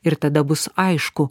ir tada bus aišku